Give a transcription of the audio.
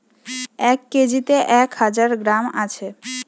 এক কেজিতে এক হাজার গ্রাম আছে